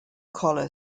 collar